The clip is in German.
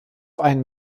einen